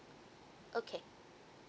okay